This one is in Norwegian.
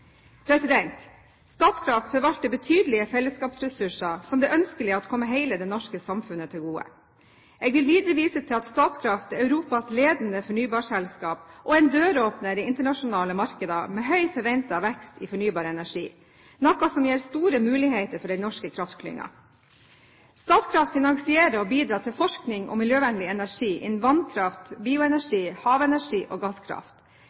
Statkraft forvalter betydelige fellesskapsressurser som det er ønskelig kommer hele det norske samfunnet til gode. Jeg vil videre vise til at Statkraft er Europas ledende fornybarselskap og en døråpner i internasjonale markeder med høy forventet vekst i fornybar energi, noe som gir store muligheter for den norske kraftklyngen. Statkraft finansierer og bidrar til forskning om miljøvennlig energi innen vannkraft, bioenergi, havenergi og gasskraft.